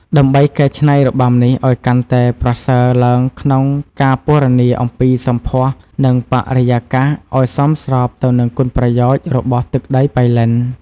ដើម្បីកែច្នៃរបាំនេះឲ្យកាន់តែប្រសើរឡើងក្នុងការពណ៌នាអំពីសម្ផស្ស និងបរិយាកាសឲ្យសមស្របទៅនឹងគុណប្រយោជន៍របស់ទឹកដីប៉ៃលិន។